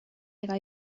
ega